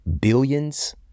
billions